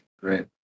great